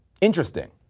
Interesting